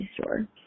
store